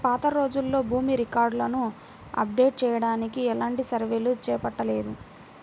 పాతరోజుల్లో భూమి రికార్డులను అప్డేట్ చెయ్యడానికి ఎలాంటి సర్వేలు చేపట్టలేదు